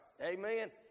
Amen